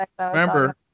remember